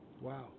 Wow